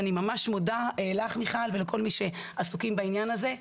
אני מודה לך ולכל מי שעסוקים בעניין הזה,